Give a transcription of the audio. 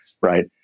right